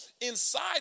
Inside